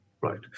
Right